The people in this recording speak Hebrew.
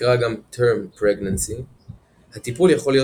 נקרא גם term pregnancy - הטיפול יכול להיות